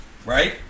Right